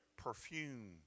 perfume